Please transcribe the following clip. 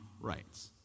rights